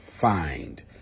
find